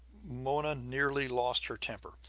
mona nearly lost her temper.